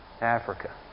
Africa